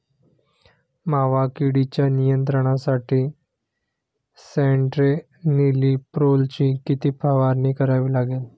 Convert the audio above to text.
मावा किडीच्या नियंत्रणासाठी स्यान्ट्रेनिलीप्रोलची किती फवारणी करावी लागेल?